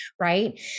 right